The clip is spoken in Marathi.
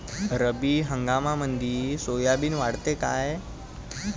रब्बी हंगामामंदी सोयाबीन वाढते काय?